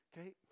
Okay